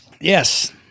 Yes